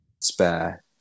spare